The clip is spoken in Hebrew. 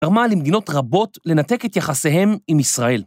פרמה למדינות רבות לנתק את יחסיהם עם ישראל.